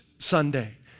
Sunday